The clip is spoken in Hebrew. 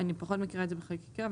אני פחות מכירה את זה בחקיקה,